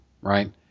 right